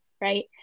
right